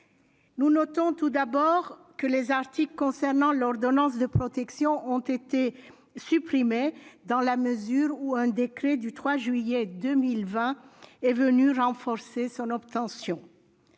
Nous notons tout d'abord que les articles concernant l'ordonnance de protection ont été supprimés, dans la mesure où un décret du 3 juillet 2020 est venu renforcer la capacité